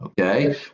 Okay